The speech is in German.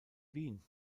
wien